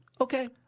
okay